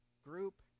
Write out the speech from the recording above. group